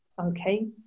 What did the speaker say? okay